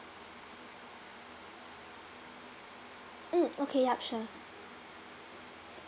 mm okay yup sure